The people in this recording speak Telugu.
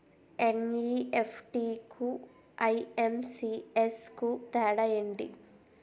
ఎన్.ఈ.ఎఫ్.టి కు ఐ.ఎం.పి.ఎస్ కు తేడా ఎంటి?